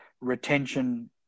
retention